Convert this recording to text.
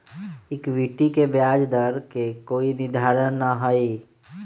equity के ब्याज दर के कोई निर्धारण ना हई